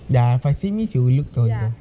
ya if I say means you looked older